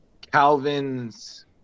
Calvin's